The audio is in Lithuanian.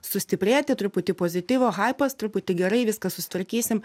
sustiprėti truputį pozityvo haipas truputį gerai viską susitvarkysim